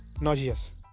nauseous